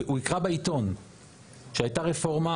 הוא יקרא בעיתון שהייתה רפורמה.